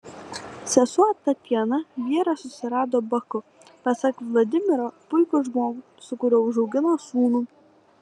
sesuo tatjana vyrą susirado baku pasak vladimiro puikų žmogų su kuriuo užaugino sūnų